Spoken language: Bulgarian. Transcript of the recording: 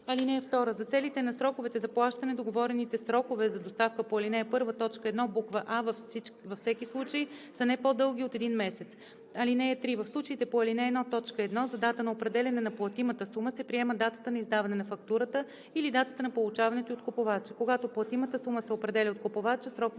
(2) За целите на сроковете за плащане договорените срокове за доставка по ал. 1, т. 1, буква „а“ във всеки случай са не по-дълги от един месец. (3) В случаите по ал. 1, т. 1 за дата на определяне на платимата сума се приема датата на издаване на фактурата или датата на получаването ѝ от купувача. Когато платимата сума се определя от купувача, сроковете